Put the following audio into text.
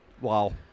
Wow